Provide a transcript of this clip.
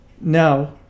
Now